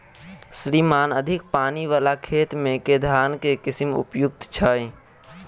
श्रीमान अधिक पानि वला खेत मे केँ धान केँ किसिम उपयुक्त छैय?